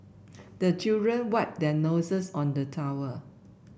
the children wipe their noses on the towel